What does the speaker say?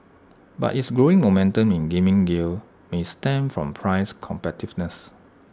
but its growing momentum in gaming gear may stem from price competitiveness